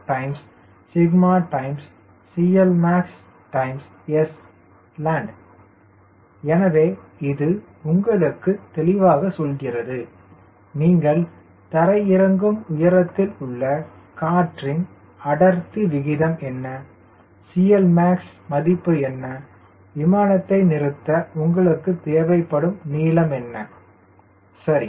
85630CLmaxsland எனவே இது உங்களுக்கு தெளிவாகச் சொல்கிறது நீங்கள் தரையிறங்கும் உயரத்தில் உள்ள காற்றின் அடர்த்தி விகிதம் என்ன CLmax மதிப்பு என்ன விமானத்தை நிறுத்த உங்களுக்கு தேவைப்படும் நீளம் என்ன சரி